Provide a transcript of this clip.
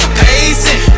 pacing